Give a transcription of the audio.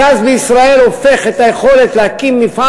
הגז בישראל הופך את היכולת להקים מפעל